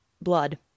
blood